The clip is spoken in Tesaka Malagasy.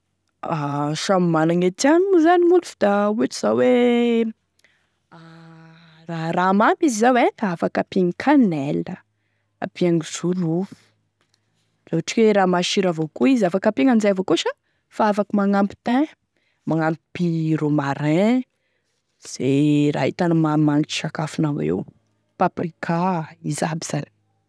A samby managny e tiany zany gn'olo da ohatry zao hoe raha raha mamy izy zao e, afaky ampiagny canelle, afaky ampiagny zorofo, laha ohatry ka hoe raha masira avao koa izy afaky ampiagny an'izay avao koa sha afaky magnampy thyn, magnampy romarin, ze raha ahitanao maha-magnimagnitry sakafonao eo avao, paprika, izy aby zany.